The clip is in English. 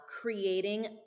creating